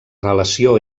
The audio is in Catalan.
relació